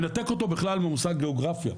אני מנתק אותו בכלל מהמושג גיאוגרפיה.